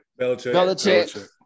Belichick